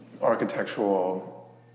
architectural